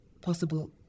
Possible